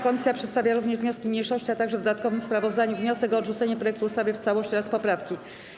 Komisja przedstawia również wnioski mniejszości, a także w dodatkowym sprawozdaniu wniosek o odrzucenie projektu ustawy w całości oraz poprawki.